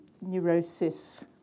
neurosis